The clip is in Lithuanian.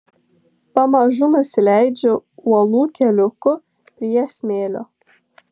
pamažu nusileidžiu uolų keliuku prie smėlio